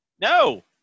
No